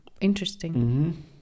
Interesting